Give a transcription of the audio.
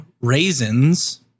raisins